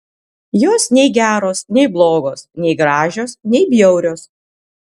jos nei geros nei blogos nei gražios nei bjaurios